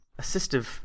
assistive